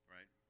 Right